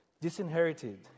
Disinherited